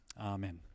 Amen